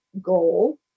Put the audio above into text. goal